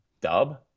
Dub